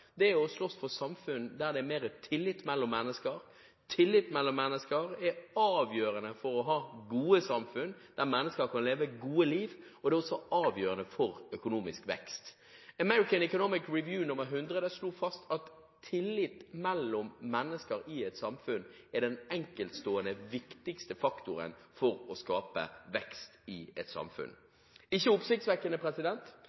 er å slåss for samfunn der det er mer tillit mellom mennesker. Tillit mellom mennesker er avgjørende for å ha gode samfunn der mennesker kan leve gode liv, og det er også avgjørende for økonomisk vekst. American Economic Review vol. 100 slo fast at tillit mellom mennesker i et samfunn er den enkeltstående viktigste faktoren for å skape vekst i et